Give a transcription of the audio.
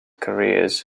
careers